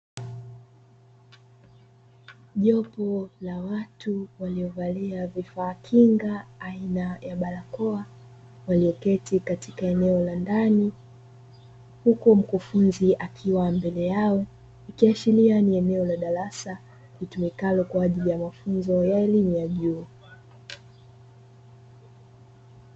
Jopo la watu waliovalia vifaa kinga aina ya barakoa walioketi katika eneo la ndani, huku mkufunzi akiwa mbele yao ikiashiria ni eneo la darasa litumikalo kwa ajili ya mafunzo ya elimu ya juu.